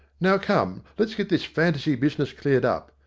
now come, let's get this fantaisie business cleared up.